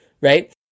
right